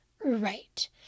Right